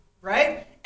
Right